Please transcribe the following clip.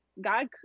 God